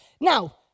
Now